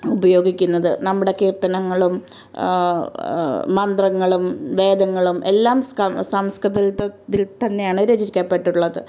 ഉപയോഗിക്കുന്നത് നമ്മുടെ കീർത്തനങ്ങളും മന്ത്രങ്ങളും വേദങ്ങളും എല്ലാം സംസ്കൃതം സംസ്കൃതം തന്നെയാണ് രചിക്കപ്പെട്ടിട്ടുള്ളത്